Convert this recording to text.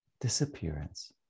disappearance